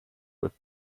with